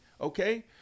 Okay